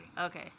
Okay